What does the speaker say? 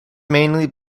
mainly